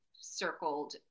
circled